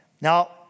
Now